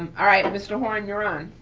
all right, mr. horn, you're on.